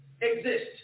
exist